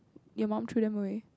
your mum threw them away